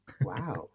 Wow